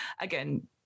Again